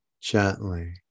Gently